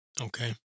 Okay